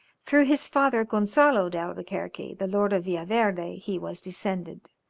through his father gonzalo d'albuquerque, the lord of villaverde, he was descended,